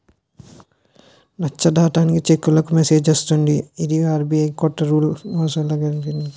నచ్చ దాటిన చెక్కులకు మెసేజ్ వస్తది ఇది ఆర్.బి.ఐ కొత్త రూల్ మోసాలాగడానికి